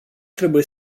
trebuie